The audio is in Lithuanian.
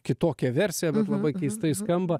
kitokia versija bet labai keistai skamba